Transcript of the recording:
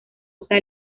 usa